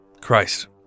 Christ